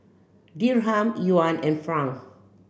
Dirham Yuan and Franc